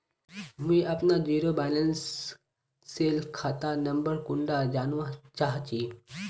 मुई अपना zero balance सेल खाता नंबर कुंडा जानवा चाहची?